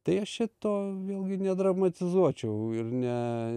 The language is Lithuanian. tai aš čia to vėlgi nedramatizuočiau ir ne